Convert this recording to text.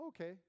Okay